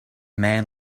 man